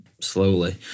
slowly